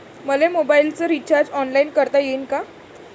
मले मोबाईलच recharge online करता येईन का?